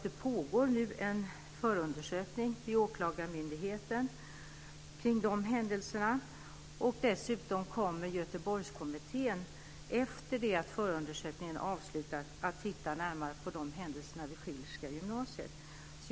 Det pågår nu en förundersökning vid åklagarmyndigheten kring de händelserna, och dessutom kommer Göteborgskommittén efter det att förundersökningen är avslutad att titta närmare på händelserna vid Schillerska gymnasiet.